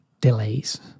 delays